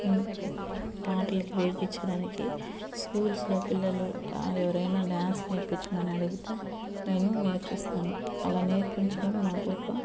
పాటలకి వేయించటానికి స్కూల్స్లో పిల్లలు ఎవరైనా డాన్స్ నేర్పించమని అడిగితే నేను నేర్పిస్తాను అలా నేర్పించడం నాకు ఒ క